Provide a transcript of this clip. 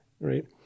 Right